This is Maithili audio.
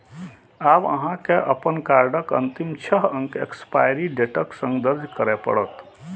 आब अहां के अपन कार्डक अंतिम छह अंक एक्सपायरी डेटक संग दर्ज करय पड़त